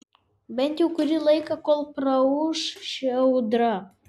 bent jau kurį laiką kol praūš ši audra